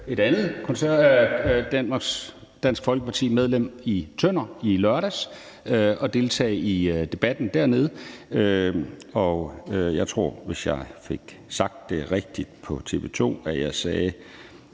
et andet medlem fra Dansk Folkeparti i Tønder i lørdags for at deltage i debatten dernede. Jeg tror, at hvis jeg fik sagt det rigtigt på TV 2, sagde